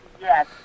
Yes